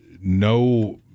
no